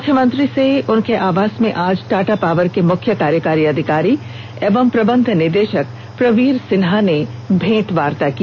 मुख्यमंत्री हेमंत सोरेन से उनके आवास में आज टाटा पावर के मुख्य कार्यकारी अधिकारी एवं प्रबंध निदेशक प्रवीर सिन्हा ने भेंटवार्ता की